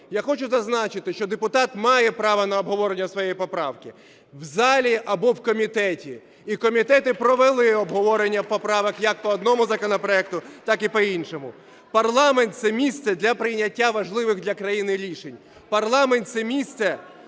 я хочу зазначити, що депутат має право на обговорення своєї поправки в залі або в комітеті. І комітети провели обговорення поправок як по одному законопроекту, так і по іншому. Парламент – це місце для прийняття важливих для країни рішень. Парламент – це місце,